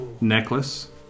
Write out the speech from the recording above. necklace